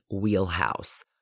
wheelhouse